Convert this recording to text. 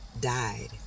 died